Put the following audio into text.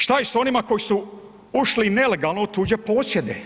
Što je s onima koji su ušli nelegalno u tuđe posjede?